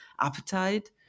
appetite